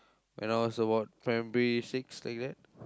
when I was about primary six like that